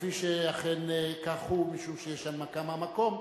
כפי שאכן כך הוא, משום שיש הנמקה מהמקום,